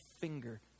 finger